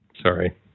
Sorry